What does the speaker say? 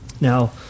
Now